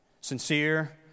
sincere